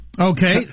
Okay